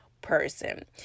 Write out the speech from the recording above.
person